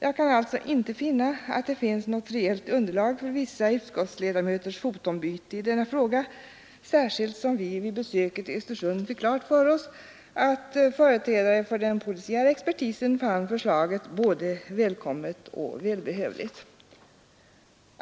Jag kan alltså inte finna att det finns något reellt underlag för vissa utskottsledamöters fotombyte i denna fråga, särskilt som vi vid besöket i Östersund fick klart för oss att företrädaren för den polisiära expertisen fann förslaget både välkommet och välbehövligt.